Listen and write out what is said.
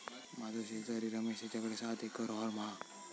माझो शेजारी रमेश तेच्याकडे सात एकर हॉर्म हा